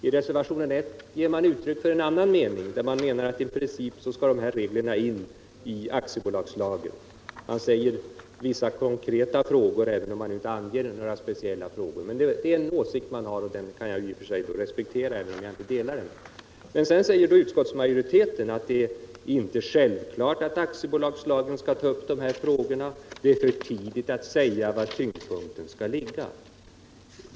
I reservationen 1 uttrycks en annan mening, nämligen att i princip skall regler angående de anställdas inflytande in i aktiebolagslagen. Det talas där om vissa konkreta frågor, även om det inte anges några speciella sådana. Den åsikten kan jag i och för sig respektera, även om jag inte delar den. Utskottsmajoriteten säger att det inte är självklart att aktiebolagslagen skall ta upp medinflytandefrågorna och att det är för tidigt att säga var tyngdpunkten skall ligga.